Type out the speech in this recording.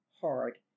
hard